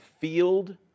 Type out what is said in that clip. field